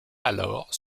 alors